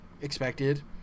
Expected